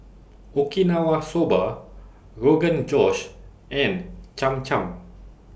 Okinawa Soba Rogan Josh and Cham Cham